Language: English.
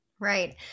Right